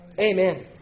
Amen